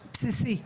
בסיסי.